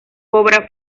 obra